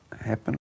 happen